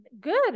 good